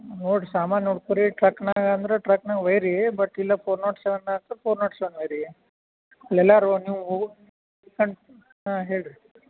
ನೋಡ್ರಿ ಸಾಮಾನು ನೋಡ್ಕೊಳಿ ಟ್ರಕ್ನಾಗೆ ಅಂದ್ರೆ ಟ್ರಕ್ನಾಗೆ ಒಯ್ಯಿರಿ ಬಟ್ ಇಲ್ಲ ಪೋರ್ ನಾಟ್ ಸೆವೆನ್ನ ಅಂದ್ರೆ ಫೋರ್ ನಾಟ್ ಸವೆನ್ ಒಯ್ಯಿರಿ ಅಲ್ಲ ಎಲ್ಲಾದ್ರು ನೀವು ಹಾಂ ಹೇಳಿರಿ